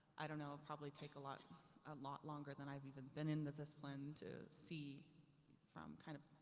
i don't know. probably take a lot ah lot longer than i've even been in the discipline to see from, kind of,